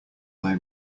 thy